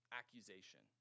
accusation